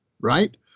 right